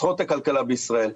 מפתחות את הכלכלה בישראל.